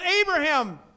Abraham